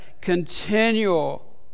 continual